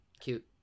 cute